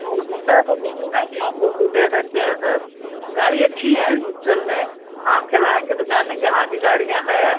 और होंडा का मिलमिनाती भी ले सकते हैं सर गाड़ी अच्छी हैं जो चलने आप चलाएँगे तो जानेंगे हाँ कि गाड़ियाँ हैं